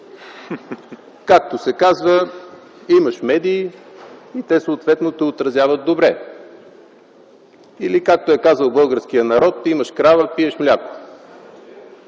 Както се казва - имаш медии и те съответно те отразяват, или както е казал българският народ: „Имаш крава – пиеш мляко”.